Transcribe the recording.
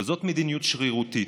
וזאת מדיניות שרירותית,